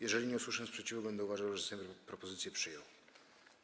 Jeżeli nie usłyszę sprzeciwu, będę uważał, że Sejm propozycje przyjął.